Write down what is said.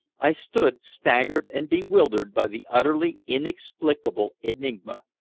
i stood staggered and bewildered by the utterly inexplicable enigma.